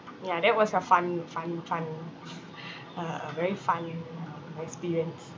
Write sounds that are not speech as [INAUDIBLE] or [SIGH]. ya that was a fun fun fun [BREATH] uh very fun um experience